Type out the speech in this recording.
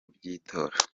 by’itora